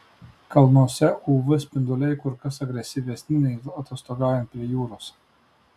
kalnuose uv spinduliai kur kas agresyvesni nei atostogaujant prie jūros